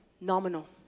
nominal